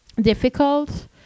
difficult